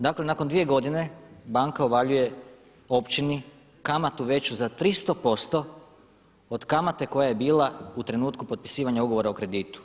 Dakle, nakon 2 godine banka uvaljuje općini kamatu veću za 300% od kamate koja je bila u trenutku potpisivanja ugovora o kreditu.